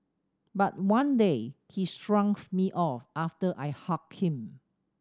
but one day he shrugged me off after I hugged him